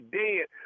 dead